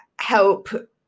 help